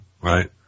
right